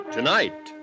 Tonight